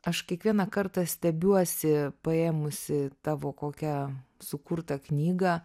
aš kiekvieną kartą stebiuosi paėmusi tavo kokią sukurtą knygą